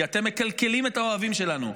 כי אתם מקלקלים את האוהבים שלנו.